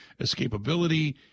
escapability